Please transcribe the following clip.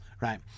Right